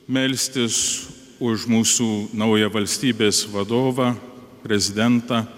melstis už mūsų naują valstybės vadovą prezidentą